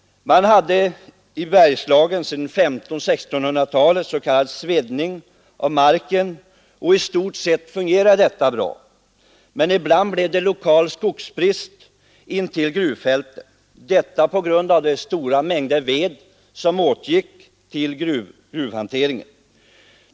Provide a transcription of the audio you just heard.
Man hade i Bergslagen sedan 1500—1600-talen s.k. svedning av marken, och i stort sett fungerade detta bra. Men ibland blev det lokal skogsbrist intill gruvfälten på grund av de stora mängder ved som åtgick till gruvhanteringen.